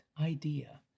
idea